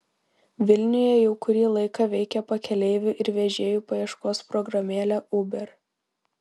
vilniuje jau kurį laiką veikia pakeleivių ir vežėjų paieškos programėlė uber